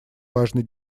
важной